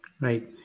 Right